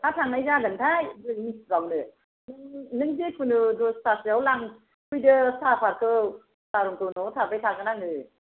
बहा थांनाय जागोनथाय बोरै मिथिबावनो नों जिकुनु दसतासोआव लांफैदो साहपातखौ न'आव थाबाय थानो आङो